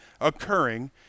occurring